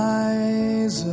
eyes